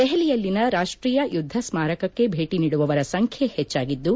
ದೆಹಲಿಯಲ್ಲಿನ ರಾಷ್ಟೀಯ ಯುದ್ಧ ಸ್ಮಾರಕಕ್ಕೆ ಭೇಟ ನೀಡುವವರ ಸಂಖ್ಯೆ ಹೆಚ್ಚಾಗಿದ್ದು